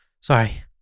Sorry